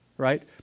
right